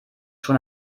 schon